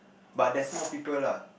but there's more people lah